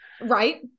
Right